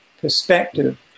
perspective